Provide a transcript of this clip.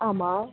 ஆமாம்